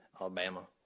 Alabama